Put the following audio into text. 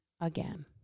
again